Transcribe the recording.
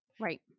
Right